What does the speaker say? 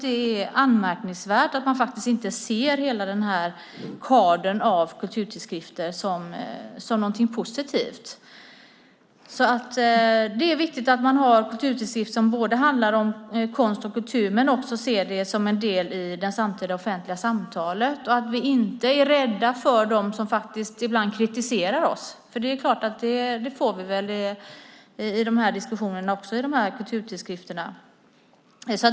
Det är anmärkningsvärt att man inte ser hela kadern av kulturtidskrifter som något positivt. Det är viktigt att ha kulturtidskrifter som handlar om konst och kultur och att man ser det som en del i det samtida offentliga samtalet och inte är rädd för dem som ibland kritiserar oss. Kritik får vi ju också i diskussionen i kulturtidskrifterna.